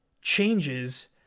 changes